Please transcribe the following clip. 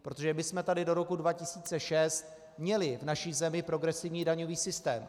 Protože my jsme tady do roku 2006 měli v naší zemi progresivní daňový systém.